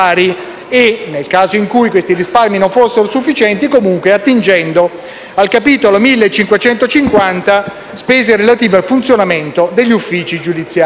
e, nel caso in cui questi risparmi non fossero sufficienti, comunque attingendo al capitolo 1550 (Spese relative al funzionamento degli uffici giudiziari).